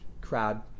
crowd